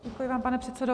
Děkuji vám, pane předsedo.